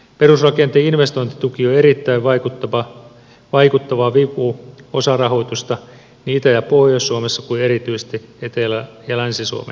perusrakenteen investointituki on erittäin vaikuttavaa vipu osarahoitusta niin itä ja pohjois suomessa kuin erityisesti etelä ja länsi suomen alueilla